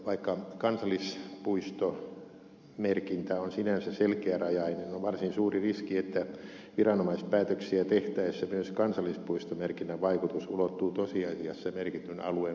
vaikka kansallispuistomerkintä on sinänsä selkeärajainen on varsin suuri riski että viranomaispäätöksiä tehtäessä myös kansallispuistomerkinnän vaikutus ulottuu tosiasiassa merkityn alueen ulkopuolellekin